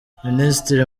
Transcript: minisitiri